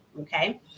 Okay